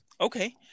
Okay